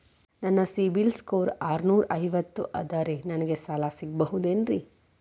ನನ್ನ CIBIL score ಆರನೂರ ಐವತ್ತು ಅದರೇ ನನಗೆ ಸಾಲ ಸಿಗಬಹುದೇನ್ರಿ?